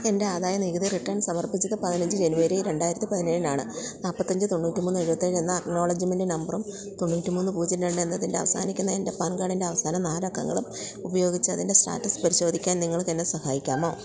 എൻ്റെ ആദായ നികുതി റിട്ടേൺ സമർപ്പിച്ചത് പതിനഞ്ച് ജനുവരി രണ്ടായിരത്തി പതിനേഴിനാണ് നാൽപ്പത്തഞ്ച് തൊണ്ണൂറ്റി മൂന്ന് എഴുപത്തേഴ് എന്ന അക്നോളജ്മെൻറ്റ് നമ്പറും തൊണ്ണൂറ്റി മൂന്ന് പൂജ്യം രണ്ട് എന്നതിൽ അവസാനിക്കുന്ന എൻ്റെ പാൻ കാർഡിൻ്റെ അവസാന നാലക്കങ്ങളും ഉപയോഗിച്ച് അതിൻ്റെ സ്റ്റാറ്റസ് പരിശോധിക്കാൻ നിങ്ങൾക്കെന്നെ സഹായിക്കാമോ